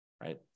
right